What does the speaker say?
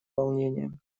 волнением